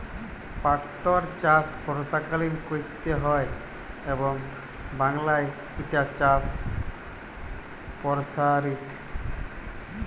পাটটর চাষ বর্ষাকালীন ক্যরতে হয় এবং বাংলায় ইটার চাষ পরসারিত